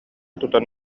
тутан